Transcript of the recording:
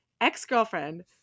ex-girlfriend